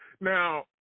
Now